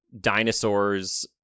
dinosaurs